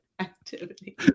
activity